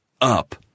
up